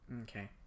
Okay